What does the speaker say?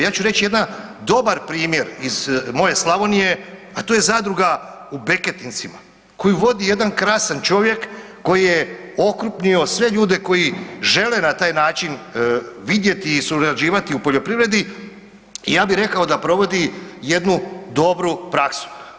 Ja ću reći jedan dobar primjer iz moje Slavonije, a to je zadruga u Beketincima koju vodi jedan krasan čovjek koji je okrupnio sve ljude koji žele na taj način vidjeti i surađivati u poljoprivredi i ja bi rekao da provodi jednu dobru praksu.